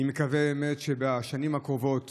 אני מקווה באמת שבשנים הקרובות